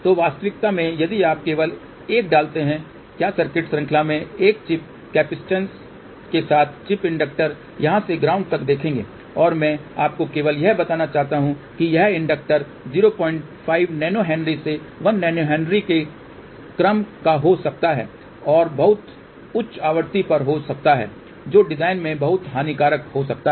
तो वास्तविकता में यदि आप केवल एक डालते हैं क्या सर्किट श्रृंखला में एक चिप कैपेसिटर के साथ चिप इंडक्टर यहां से ग्राउंड तक देखेंगे और मैं आपको केवल यह बताना चाहता हूं कि यह इंडक्टर 05nH से 1nH के क्रम का हो सकता है और बहुत उच्च आवृत्ति पर हो सकता है जो डिजाइन में बहुत हानिकारक हो सकता है